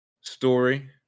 story